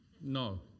no